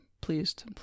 pleased